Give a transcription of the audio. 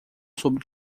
sobre